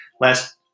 last